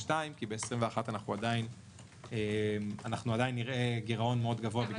ב-2022 כי ב-2021 אנחנו עדיין נראה גירעון גבוה מאוד.